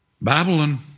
Babylon